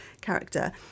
character